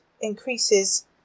increases